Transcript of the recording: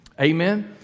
Amen